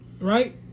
Right